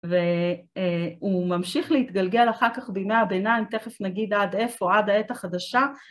והוא ממשיך להתגלגל אחר כך בימי הביניים, תכף נגיד עד איפה, עד העת החדשה.